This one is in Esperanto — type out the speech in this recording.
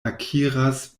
akiras